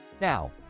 Now